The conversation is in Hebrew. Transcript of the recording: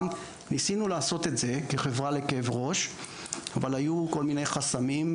ניסינו לעשות את זה כחברה לכאבי ראש אבל היו כל מיני חסמים,